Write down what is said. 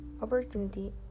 opportunity